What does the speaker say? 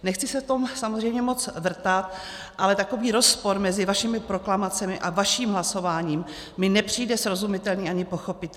Nechci se v tom samozřejmě moc vrtat, ale takový rozpor mezi vašimi proklamacemi a vaším hlasováním mi nepřijde srozumitelný ani pochopitelný.